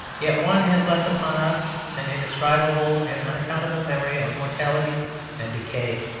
yet one has left upon us an indescribable and unaccountable memory of mortality and decay,